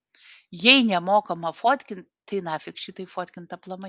jei nemokama fotkint tai nafik šitaip fotkint aplamai